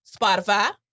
Spotify